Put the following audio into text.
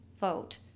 vote